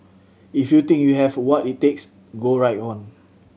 if you think you have what it takes go right on